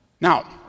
Now